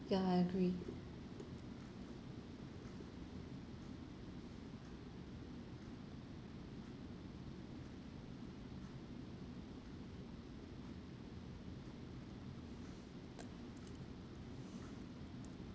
ya I agree